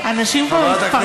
אנשים פה מתפרקים.